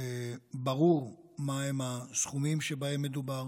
ברור מהם הסכומים שבהם מדובר,